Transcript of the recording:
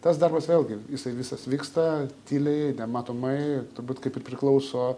tas darbas vėlgi jisai visas vyksta tyliai nematomai turbūt kaip ir priklauso